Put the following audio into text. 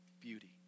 beauty